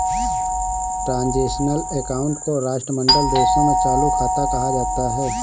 transitional account को राष्ट्रमंडल देशों में चालू खाता कहा जाता है